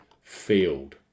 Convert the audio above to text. field